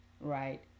Right